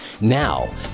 Now